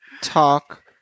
talk